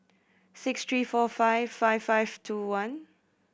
six three four five five five two one